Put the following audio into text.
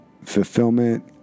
fulfillment